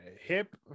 hip